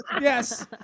yes